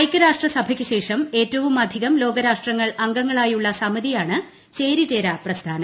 ഐക്യരാഷ്ട്ര സഭയ്ക്ക് ശേഷം ഏറ്റവുമധികം ലോകരാഷ്ട്രങ്ങൾ അംഗങ്ങളായുള്ള സമിതിയാണ് ചേരിചേരാ പ്രസ്ഥാനം